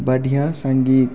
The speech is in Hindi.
बढ़िया संगीत